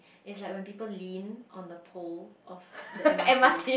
is like when people lean on the pole of the m_r_t